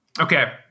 Okay